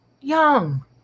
young